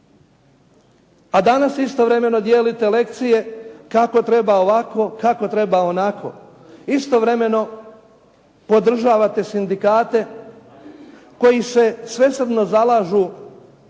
A danas istovremeno dijelite lekcije kako treba ovako, kako treba onako. Istovremeno podržavate sindikate koji se svesrdno zalažu